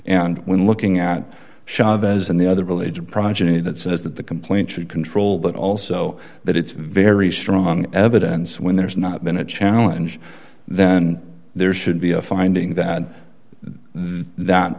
and when looking at chavez and the other religious progeny that says that the complaint should control but also that it's very strong evidence when there's not been a challenge then there should be a finding that that